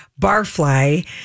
Barfly